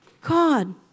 God